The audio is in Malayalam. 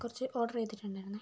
കുറച്ച് ഓർഡറെയ്തിട്ടുണ്ടായിരുന്നേ